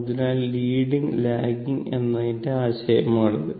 അതിനാൽ leading lagging എന്നതിന്റെ ആശയമാണിത്